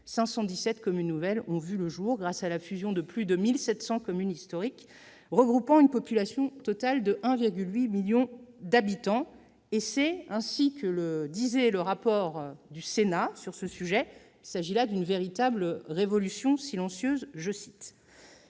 517 communes nouvelles ont vu le jour grâce à la fusion de plus de 1 700 communes historiques regroupant une population totale de 1,8 million d'habitants. Comme le relevait le rapport du Sénat sur le sujet, il s'agit là d'une véritable « révolution silencieuse ».